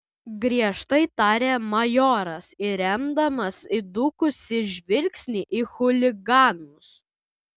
griežtai tarė majoras įremdamas įdūkusį žvilgsnį į chuliganus